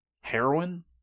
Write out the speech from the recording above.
Heroin